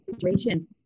situation